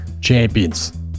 Champions